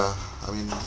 I mean